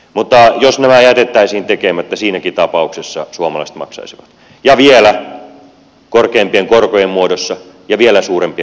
mutta jos nämä jätettäisiin tekemättä siinäkin tapauksessa suomalaiset maksaisivat vielä korkeampien korkojen muodossa ja vielä suurempien leikkausten muodossa